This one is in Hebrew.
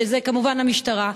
שזה כמובן המשטרה,